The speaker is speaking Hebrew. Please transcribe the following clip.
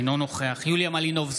אינו נוכח יוליה מלינובסקי,